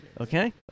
Okay